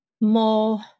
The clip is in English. more